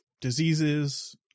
diseases